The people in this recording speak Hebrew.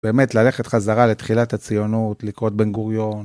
באמת, ללכת חזרה לתחילת הציונות, לקרוא את בן גוריון.